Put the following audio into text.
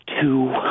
two